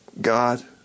God